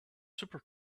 super